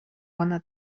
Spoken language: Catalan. bona